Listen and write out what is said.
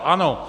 Ano.